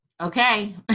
Okay